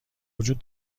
وجود